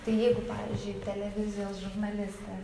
tai jeigu pavyzdžiui televizijos žurnalistė